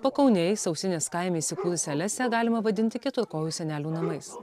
pakaunėj sausinės kaime įsikūrusią lesę galima vadinti keturkojų senelių namais